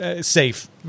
safe